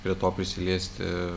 prie to prisiliesti